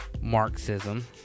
Marxism